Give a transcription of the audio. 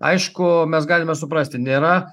aišku mes galime suprasti nėra